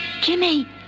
Jimmy